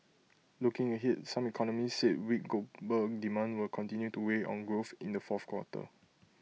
looking ahead some economists said weak global demand will continue to weigh on growth in the fourth quarter